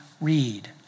read